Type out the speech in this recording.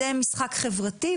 זה משחק חברתי,